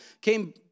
came